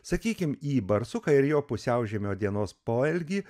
sakykim į barsuką ir jo pusiaužiemio dienos poelgį